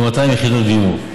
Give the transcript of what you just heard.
כ-200 יחידות דיור.